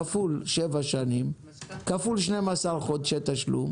כפול שבע שנים כפול 12 חודשי תשלום